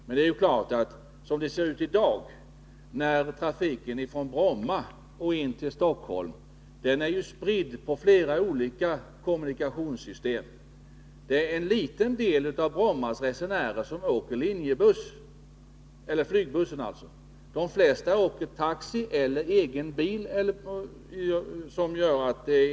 Det är helt klart när det ser ut som i dag och trafiken från Bromma och in till Stockholm är spridd på flera olika kommunikationssystem. Det är en liten del av Brommas resenärer som åker med flygbussen. De flesta åker taxi eller egen bil.